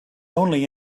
only